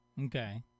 Okay